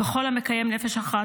"וכל המקיים נפש אחת,